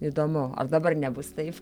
įdomu ar dabar nebus taip